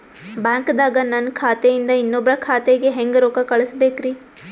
ಬ್ಯಾಂಕ್ದಾಗ ನನ್ ಖಾತೆ ಇಂದ ಇನ್ನೊಬ್ರ ಖಾತೆಗೆ ಹೆಂಗ್ ರೊಕ್ಕ ಕಳಸಬೇಕ್ರಿ?